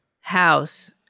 house